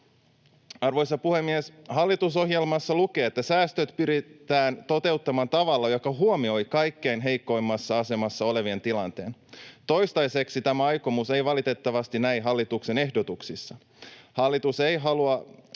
Arvoisa puhemies! Hallitusohjelmassa lukee, että säästöt pyritään toteuttamaan tavalla, joka huomioi kaikkein heikoimmassa asemassa olevien tilanteen. Toistaiseksi tämä aikomus ei valitettavasti näy hallituksen ehdotuksissa. Hallitus ei halua